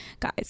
guys